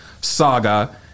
saga